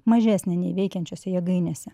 mažesnė nei veikiančiose jėgainėse